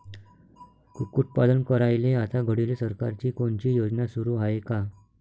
कुक्कुटपालन करायले आता घडीले सरकारची कोनची योजना सुरू हाये का?